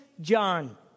John